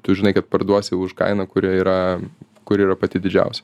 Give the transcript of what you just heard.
tu žinai kad parduosi už kainą kuri yra kur yra pati didžiausia